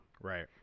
Right